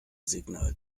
signal